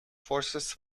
forces